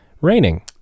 raining